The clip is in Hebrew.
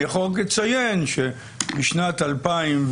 אני יכול רק לציין שבשנת 2015,